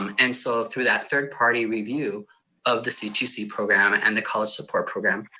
um and so through that third party review of the c two c program and the college support program,